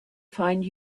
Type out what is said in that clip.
find